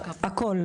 הכל.